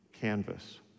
canvas